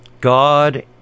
God